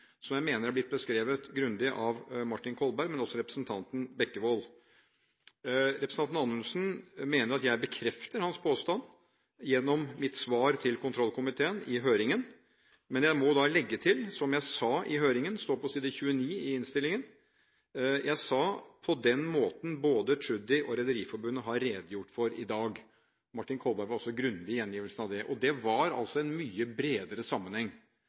som jeg mener har blitt beskrevet grundig, ikke bare av Martin Kolberg, men også av representanten Bekkevold. Representanten Anundsen mener at jeg bekrefter hans påstand gjennom mitt svar til kontrollkomiteen i høringen. Men jeg må legge til det som jeg sa i høringen, det står på side 29 i innstillingen. Jeg sa: « på den måten som både Tschudi og Rederiforbundet har redegjort for her tidligere her i dag Martin Kolberg var også grundig i gjengivelsen av det. Og det var altså en mye bredere sammenheng.